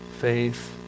faith